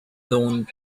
dawn